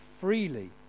freely